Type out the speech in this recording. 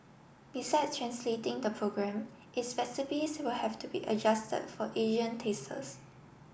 besides translating the program its recipes will have to be adjusted for Asian tastes